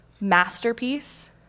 masterpiece